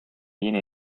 viene